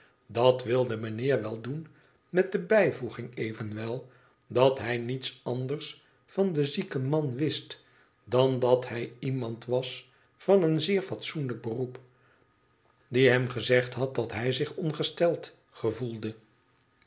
dat wilde mijnheer wel doen met de bijvoeging evenwel dat hij niets anders van den zieken man wist dan dat hij iemand was van een zeer fatsoenlijk beroep die hem gezegd had dat hij zich ongesteld gevoelde